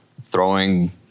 throwing